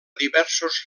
diversos